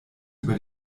über